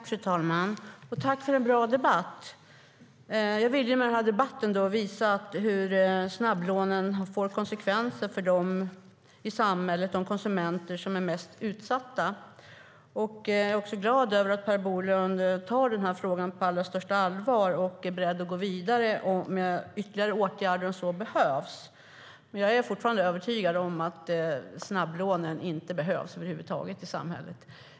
Fru talman! Tack för en bra debatt! Jag vill med den visa hur snabblånen får konsekvenser för de konsumenter i samhället som är mest utsatta. Jag är glad över att Per Bolund tar den här frågan på allra största allvar och är beredd att gå vidare om ytterligare åtgärder behövs. Men jag är fortfarande övertygad om att snabblånen inte behövs över huvud taget i samhället.